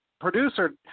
producer